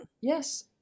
Yes